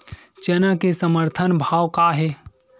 चना के समर्थन भाव का हे?